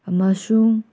ꯑꯃꯁꯨꯡ